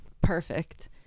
perfect